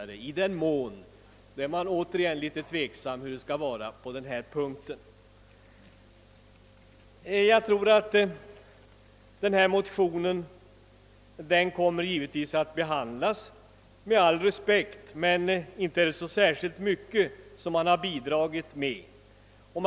Det framgår alltså att man fortfarande är tveksam beträffande hur man vill ha det på denna punkt. Motionen kommer givetvis att behandlas med all respekt, men det är inte särskilt mycket nytt i den.